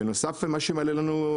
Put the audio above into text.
בנוסף למה שמעלה לנו,